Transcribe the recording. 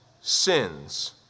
sins